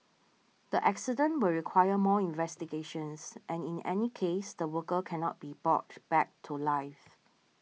the accident will require more investigations and in any case the worker cannot be brought back to life